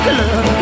love